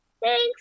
thanks